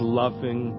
loving